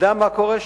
נדע מה קורה שם,